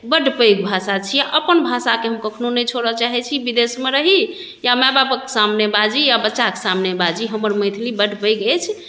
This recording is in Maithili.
बड्ड पैघ भाषा छी अपन भाषाके हम कखनहु नहि छोड़य चाहैत छी विदेशमे रही या माय बापक सामने बाजी या बच्चाके सामने बाजी हमर मैथिली बड्ड पैघ अछि